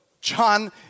John